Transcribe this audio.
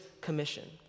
Commission